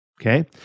Okay